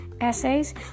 essays